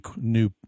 new